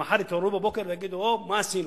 ומחר יתעוררו בבוקר ויגידו: אוי, מה עשינו?